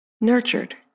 Nurtured